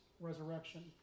resurrection